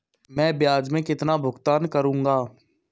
मैं ब्याज में कितना भुगतान करूंगा?